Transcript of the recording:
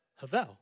Havel